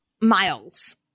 miles